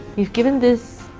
we've given this.